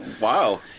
wow